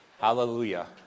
hallelujah